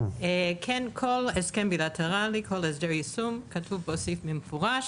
כל הסכם בילטרלי כל הסדר יישום כתוב ואוסיף במפורש